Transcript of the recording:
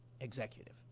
executive